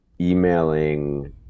emailing